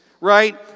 right